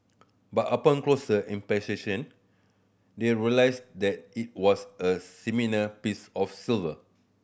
but upon closer they realised that it was a piece of silver